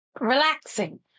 relaxing